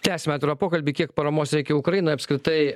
tęsiame pokalbį kiek paramos reikia ukrainai apskritai